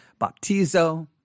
baptizo